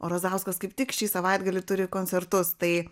o razauskas kaip tik šį savaitgalį turi koncertus tai